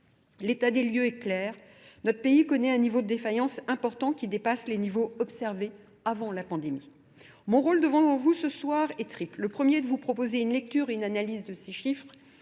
L'état des lieux est clair. Notre pays connaît un niveau de défaillance important qui dépasse les niveaux observés avant la pandémie. Mon rôle devant vous ce soir est triple. Le premier est de vous proposer une lecture et une analyse de ces chiffres.